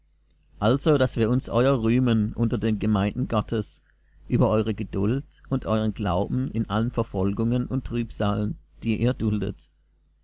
also daß wir uns euer rühmen unter den gemeinden gottes über eure geduld und euren glauben in allen verfolgungen und trübsalen die ihr duldet